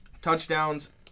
Touchdowns